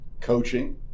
coaching